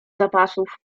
zapasów